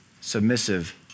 submissive